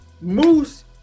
Moose